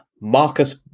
Marcus